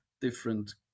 different